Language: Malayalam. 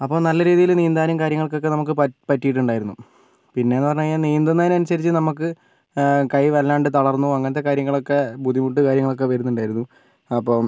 അപ്പം നല്ല രീതിയില് നീന്താനും കാര്യങ്ങൾക്കൊക്കെ നമുക്ക് പറ്റി പറ്റിയിട്ടുണ്ടായിരുന്നു പിന്നെ എന്ന് പറഞ്ഞ് കഴിഞ്ഞാല് നീന്തുന്നതിന് അനുസരിച്ച് നമുക്ക് കൈ വല്ലാണ്ട് തളർന്ന് പോകും അങ്ങനത്തെ കാര്യങ്ങളൊക്കെ ബുദ്ധിമുട്ട് കാര്യങ്ങളൊക്കെ വരുന്നുണ്ടായിരുന്നു അപ്പം